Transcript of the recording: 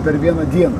per vieną dieną